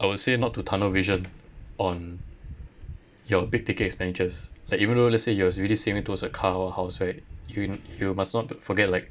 I would say not to tunnel vision on your big ticket expenditures like even though let's say you are already saving towards a car or house right you you must not forget like